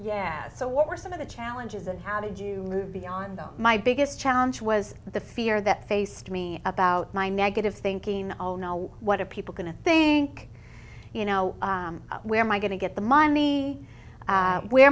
yeah so what were some of the challenges and how did you move beyond them my biggest challenge was the fear that faced me about my negative thinking what are people going to think you know where my going to get the money where